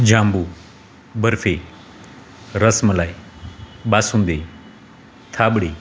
જાંબુ barfi rasmalai basundi થાબડી